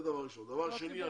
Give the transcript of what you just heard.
דבר שני.